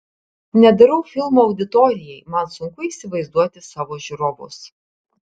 nedarau filmų auditorijai man sunku įsivaizduoti savo žiūrovus